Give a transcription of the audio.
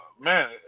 Man